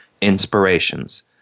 inspirations